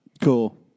Cool